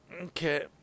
Okay